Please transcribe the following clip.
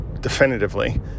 definitively